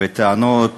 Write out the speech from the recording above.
והטענות